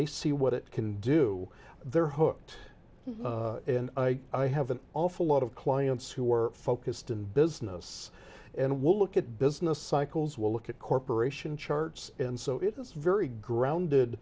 they see what it can do their heart and i i have an awful lot of clients who are focused in business and will look at business cycles will look at corporation charts and so it is very grounded